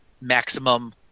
maximum